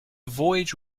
voyage